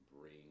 bring